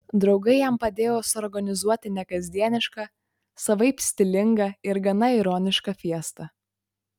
draugai jam padėjo suorganizuoti nekasdienišką savaip stilingą ir gana ironišką fiestą